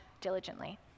diligently